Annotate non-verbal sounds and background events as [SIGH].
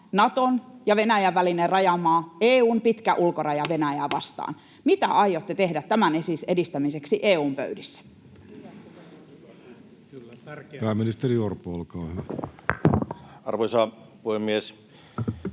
Naton ja Venäjän välinen rajamaa, EU:n pitkä ulkoraja Venäjää vastaan? [NOISE] Mitä aiotte tehdä tämän edistämiseksi EU:n pöydissä? Pääministeri Orpo, olkaa hyvä. Arvoisa puhemies!